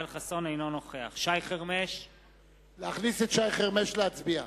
אינו נוכח שי חרמש - להכניס את שי חרמש להצביע.